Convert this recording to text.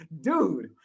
Dude